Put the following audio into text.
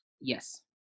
Yes